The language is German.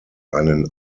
einen